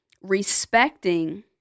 respecting